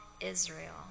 Israel